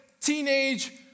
teenage